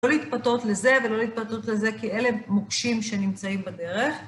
לא להתפתות לזה ולא להתפתות לזה, כי אלה מוקשים שנמצאים בדרך.